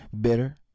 bitter